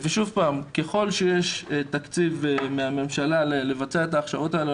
ככל שיש תקציב מהממשלה לבצע את ההכשרות האלה,